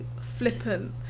flippant